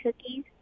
cookies